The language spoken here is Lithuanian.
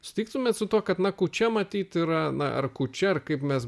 sutiktumėt su tuo kad na kūčia matyt yra na ar kūčia ar kaip mes